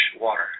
water